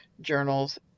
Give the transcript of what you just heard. journals